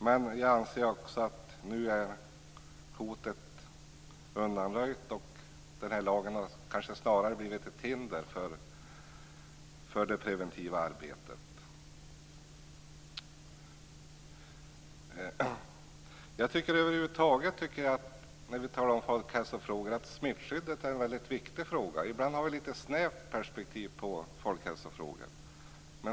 Men jag anser att hotet nu är undanröjt, och att lagen nu kanske snarare blivit ett hinder för det preventiva arbetet. Jag tycker över huvud taget att frågan om smittskyddet är väldigt viktig när vi talar om folkhälsofrågor. Ibland har vi ett litet snävt perspektiv i folkhälsofrågorna.